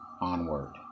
onward